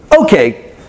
Okay